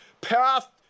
path